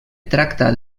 tracta